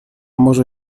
może